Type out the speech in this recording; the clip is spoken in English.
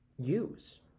use